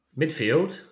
Midfield